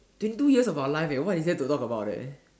been two years of our life eh what is there to talk about eh